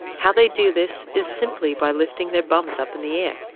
how they do this is simply by lifting their bums up in the air.